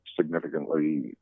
significantly